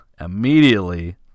immediately